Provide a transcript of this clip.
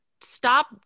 stop